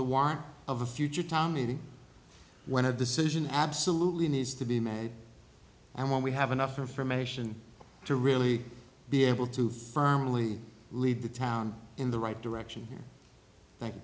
the want of a future town meeting when a decision absolutely needs to be made and when we have enough information to really be able to firmly lead the town in the right direction